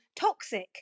toxic